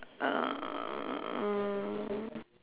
uh